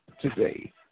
today